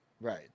right